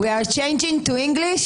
We are changing to English?